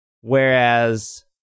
Whereas